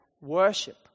worship